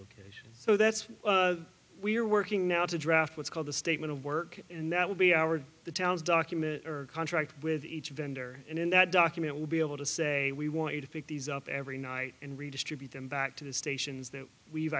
location so that's what we're working now to draft what's called the statement of work and that will be our the towns document or contract with each vendor and in that document will be able to say we want you to pick these up every night and redistribute them back to the stations that we've